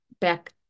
back